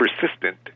persistent